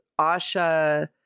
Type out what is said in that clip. Asha